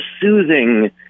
soothing